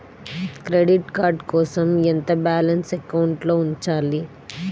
Credit card కోసం ఎంత balance అకౌంట్లో ఉంచాలి?